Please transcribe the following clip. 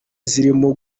zirimo